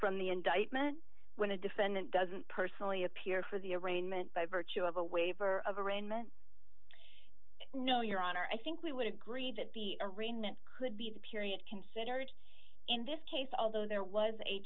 from the indictment when a defendant doesn't personally appear for the arraignment by virtue of a waiver of arraignment no your honor i think we would agree that the arraignment could be the period considered in this case although there was a